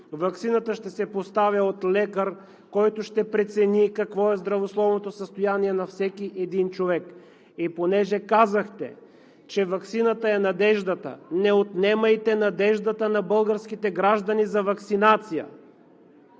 Ваксината ще се поставя от лекар, който ще прецени какво е здравословното състояние на всеки един човек. И понеже казахте, че ваксината е надеждата – не отнемайте надеждата на българските граждани за ваксинация,